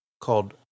called